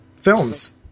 films